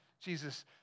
Jesus